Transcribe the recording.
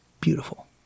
beautiful